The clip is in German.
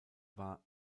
war